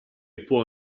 può